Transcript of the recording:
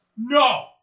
No